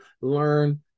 learn